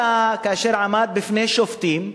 כאשר הוא עמד בפני שופטים,